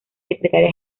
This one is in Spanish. secretaria